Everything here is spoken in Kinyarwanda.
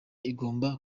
igomba